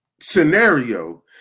scenario